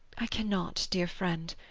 i cannot, dear friend.